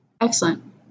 Excellent